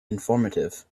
informative